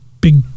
big